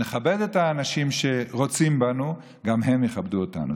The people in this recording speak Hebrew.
ונכבד את האנשים שרוצים בנו, גם הם יכבדו אותנו.